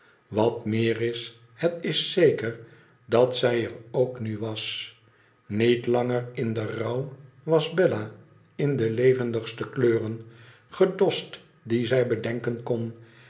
wat meer is het is zeker dat zij er ook nu was niet langer in den rouw was bella in de levendigste kleuren gedost die zij bedenken kon